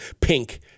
pink